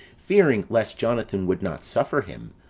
fearing lest jonathan would not suffer him,